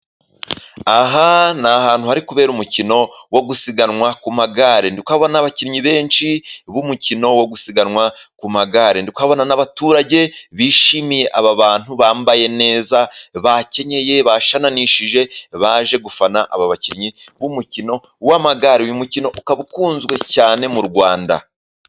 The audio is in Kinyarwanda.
Aha ni ahantu hari kubera umukino, wo gusiganwa ku magare, abona n'abakinnyi benshi b'umukino wo gusiganwa ku magare, ukabona n'abaturage bishimiye aba bantu bambaye neza, bakenyeye bashanshije, baje gufana, aba bakinnyi b'umukino w'amagare, uyu mukino ukaba ukunzwe cyane mu rwanda.